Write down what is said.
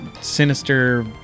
sinister